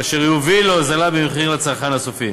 אשר הוביל להוזלה במחיר לצרכן הסופי.